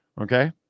okay